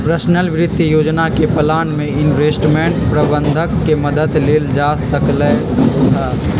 personal वित्तीय योजना के प्लान में इंवेस्टमेंट परबंधक के मदद लेल जा सकलई ह